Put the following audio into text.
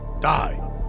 die